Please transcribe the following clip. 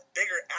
bigger